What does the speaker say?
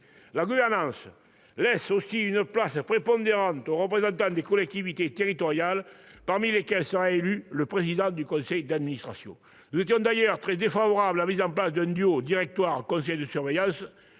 La gouvernance laisse ainsi une place prépondérante aux représentants des collectivités territoriales, parmi lesquels sera élu le président du conseil d'administration. Nous étions d'ailleurs très défavorables à la mise en place d'un duo entre le directoire et le conseil de surveillance,